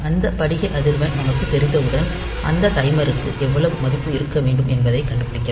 அந்த படிக அதிர்வெண் நமக்குத் தெரிந்தவுடன் அந்த டைமருக்கு எவ்வளவு மதிப்பு இருக்க வேண்டும் என்பதை கண்டுபிடிக்கலாம்